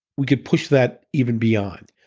we could push that even beyond,